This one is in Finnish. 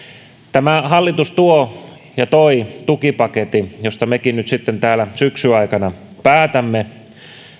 tämä hallitus tuo ja toi tukipaketin josta mekin nyt sitten täällä syksyn aikana päätämme